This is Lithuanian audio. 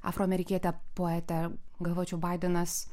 afroamerikietę poetę galvočiau baidenas